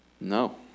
No